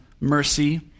mercy